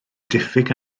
diffyg